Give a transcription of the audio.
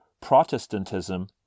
Protestantism